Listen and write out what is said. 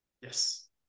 Yes